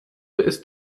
ist